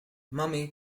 mommy